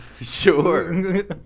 Sure